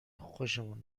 خوشمون